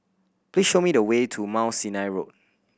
please show me the way to Mount Sinai Road